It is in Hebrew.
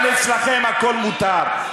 אבל אצלכם הכול מותר.